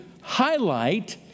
highlight